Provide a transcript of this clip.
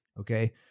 Okay